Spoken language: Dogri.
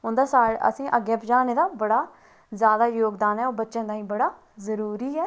उंदा असेंगी पजाने ताहीं बड़ा जोगदान ऐ ओह् बच्चें ताहीं बड़ा जरूरी ऐ